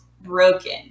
broken